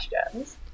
questions